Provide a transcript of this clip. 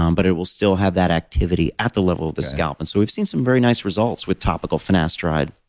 um but, it will still have that activity at the level of the scalp. and so we've seen some very nice results with topical finasteride